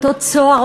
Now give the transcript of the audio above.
אותו צוהר,